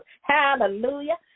Hallelujah